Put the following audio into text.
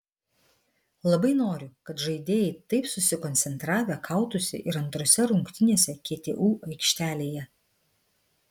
labai noriu kad žaidėjai taip susikoncentravę kautųsi ir antrose rungtynėse ktu aikštelėje